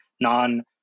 non